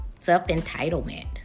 Self-entitlement